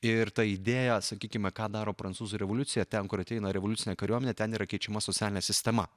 ir ta idėja sakykime ką daro prancūzų revoliucija ten kur ateina revoliucinė kariuomenė ten yra keičiama socialinė sistema